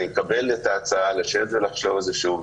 אני מקבל את ההצעה לשבת ולחשוב על זה שוב,